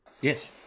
Yes